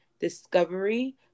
discovery